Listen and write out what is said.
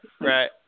Right